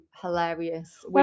hilarious